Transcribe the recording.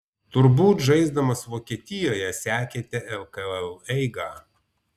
turbūt žaisdamas vokietijoje sekėte lkl eigą